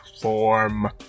form